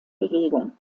bewegung